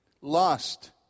lust